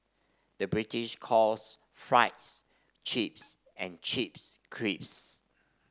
the British calls fries chips and chips crisps